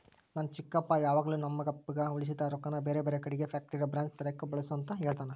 ನನ್ನ ಚಿಕ್ಕಪ್ಪ ಯಾವಾಗಲು ನಮ್ಮಪ್ಪಗ ಉಳಿಸಿದ ರೊಕ್ಕನ ಬೇರೆಬೇರೆ ಕಡಿಗೆ ಫ್ಯಾಕ್ಟರಿಯ ಬ್ರಾಂಚ್ ತೆರೆಕ ಬಳಸು ಅಂತ ಹೇಳ್ತಾನಾ